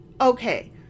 Okay